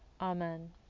Amen